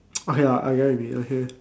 okay ah I never been okay